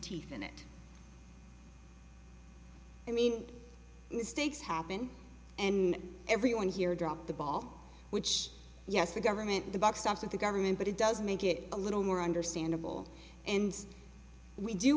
teeth in it i mean mistakes happen and everyone here dropped the ball which yes the government the buck stops with the government but it does make it a little more understandable and we do